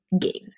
games